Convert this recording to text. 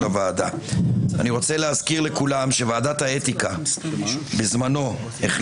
ששלחתי לכם אתמול שבו ציטטתי את שמגר על תורת הריבונות הבלתי